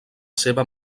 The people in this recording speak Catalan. seva